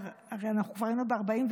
הרי אנחנו כבר היינו ב-1944,